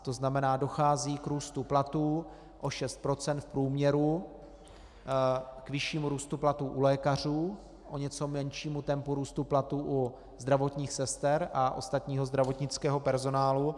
To znamená, dochází k růstu platů o 6 % v průměru, k vyššímu růstu platů u lékařů, k o něco menšímu tempu růstu platů u zdravotních sester a ostatního zdravotnického personálu.